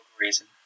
Reason